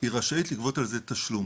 היא רשאית לגבות על כך תשלום.